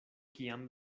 kiam